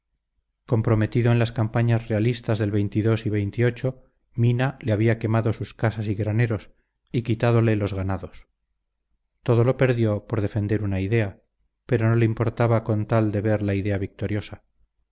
comprometido en las campañas realistas del y mina le había quemado sus casas y graneros y quitádole los ganados todo lo perdió por defender una idea pero no le importaba con tal de ver la idea victoriosa